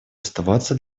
оставаться